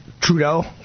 Trudeau